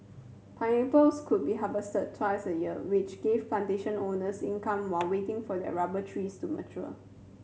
pineapples could be harvested twice a year which gave plantation owners income while waiting for their rubber trees to mature